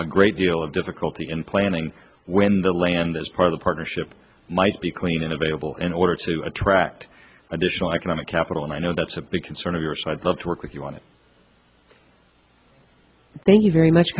a great deal of difficulty in planning when the land as part of the partnership might be clean and available in order to attract additional economic capital and i know that's a big concern of your side love to work with you want to thank you very much